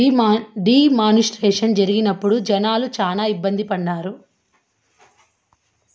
D మానిస్ట్రేషన్ జరిగినప్పుడు జనాలు శ్యానా ఇబ్బంది పడ్డారు